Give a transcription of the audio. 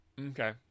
okay